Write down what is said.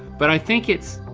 but i think it's,